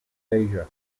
asia